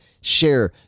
share